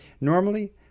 Normally